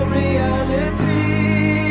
reality